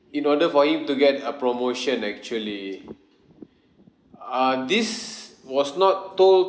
in order for him to get a promotion actually uh this was not told